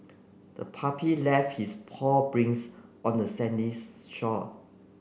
the puppy left its paw prints on the sandy shore